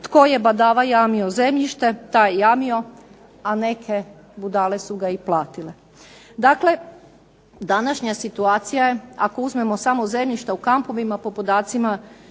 tko je badava jamio zemljište taj je jamio, a neke budale su ga i platile. Dakle, današnja situacija je ako uzmemo samo zemljišta u kampovima po podacima